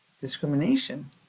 discrimination